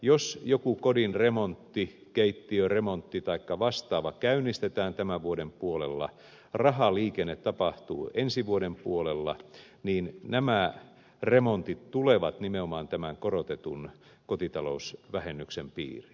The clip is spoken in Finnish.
jos joku kodin remontti keittiöremontti taikka vastaava käynnistetään tämän vuoden puolella ja rahaliikenne tapahtuu ensi vuoden puolella niin nämä remontit tulevat nimenomaan tämän korotetun kotitalousvähennyksen piiriin